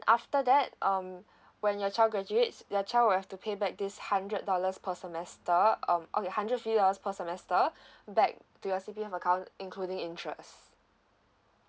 after that um when your child graduates your child will have to pay back this hundred dollars per semester um okay hundred three dollars per semester back to your C_P_F account including interest